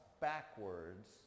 backwards